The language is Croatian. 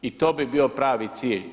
I to bi bio pravi cilj.